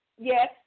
Yes